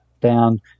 down